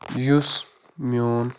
یُس میون